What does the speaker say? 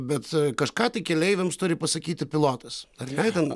bet kažką tai keleiviams turi pasakyti pilotas ar ne ten